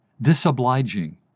disobliging